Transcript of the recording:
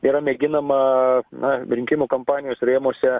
yra mėginama na rinkimų kampanijos rėmuose